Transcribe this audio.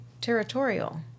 territorial